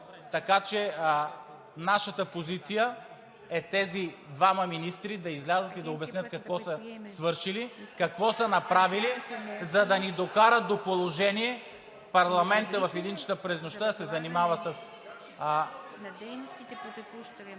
Нашата позиция е тези двама министри да излязат и да обяснят какво са свършили, какво са направили, за да ни докарат до положение парламентът в 1,00 ч. през нощта